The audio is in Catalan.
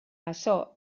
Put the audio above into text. açò